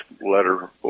letter